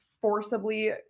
forcibly